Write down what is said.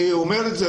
אני אומר את זה,